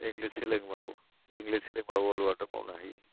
English सोलोंबाबो English रोंबाबो all वार्लडआव मावनो हायो